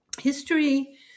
history